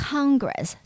Congress